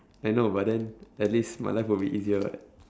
I know but then at least my life will be easier [what]